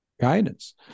guidance